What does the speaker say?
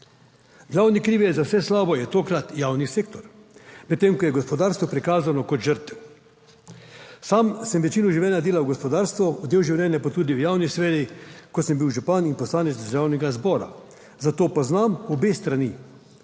Glavni krivec za vse slabo je tokrat javni sektor, medtem ko je gospodarstvo prikazano kot žrtev. Sam sem večino življenja delal v gospodarstvu, del življenja pa tudi v javni sferi, ko sem bil župan in poslanec Državnega zbora, zato poznam obe strani.